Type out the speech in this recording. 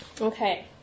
okay